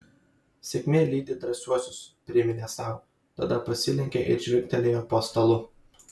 sėkmė lydi drąsiuosius priminė sau tada pasilenkė ir žvilgtelėjo po stalu